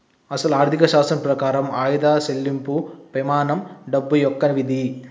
అసలు ఆర్థిక శాస్త్రం ప్రకారం ఆయిదా సెళ్ళింపు పెమానం డబ్బు యొక్క విధి